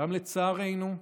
לצערנו,